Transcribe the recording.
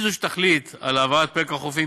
היא שתחליט על העברת פרק החופים,